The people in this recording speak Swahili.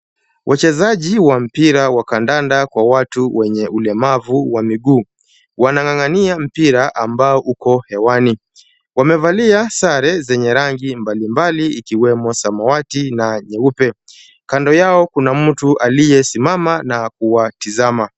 Wachezaji wa mpira wa kandanda kwa watu wenye ulemavu wa mguu, wanang'ang'ania mpira ambao uko hewani. Wamevalia sare zenye rangi mbali mbali ikiwemo samawati na nyeupe. Kando yao kuna mtu aliyesimama na kuwatizama.